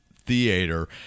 theater